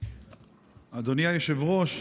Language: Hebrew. אדוני היושב-ראש,